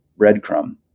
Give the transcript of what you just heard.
breadcrumb